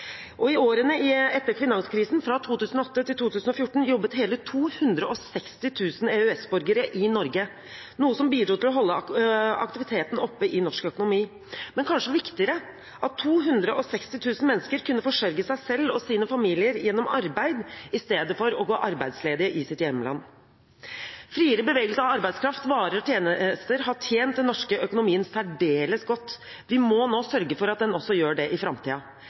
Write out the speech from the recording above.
og hoder. I årene etter finanskrisen, fra 2008 til 2014, jobbet hele 260 000 EØS-borgere i Norge, noe som bidro til å holde aktiviteten oppe i norsk økonomi, men kanskje viktigere er det at 260 000 mennesker kunne forsørge seg selv og sine familier gjennom arbeid i stedet for å gå arbeidsledig i sitt hjemland. Friere bevegelse av arbeidskraft, varer og tjenester har tjent den norske økonomien særdeles godt. Vi må nå sørge for at den også gjør det i